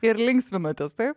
ir linksminatės taip